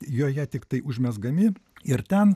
joje tiktai užmezgami ir ten